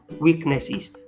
weaknesses